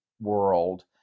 World